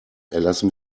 erlassen